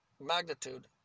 magnitude